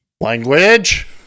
Language